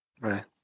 Right